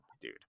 dude